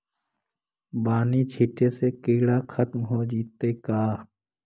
बानि छिटे से किड़ा खत्म हो जितै का?